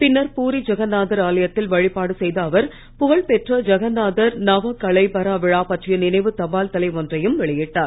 பின்னர் பூரி ஜகன்னாதர் ஆலயத்தில் வழிபாடு செய்த அவர் புகழ்பெற்ற ஜகன்னாதர் நவகளேபர விழா பற்றிய நினைவு தபால் தலை ஒன்றையும் வெளியிட்டார்